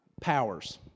Powers